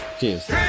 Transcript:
Cheers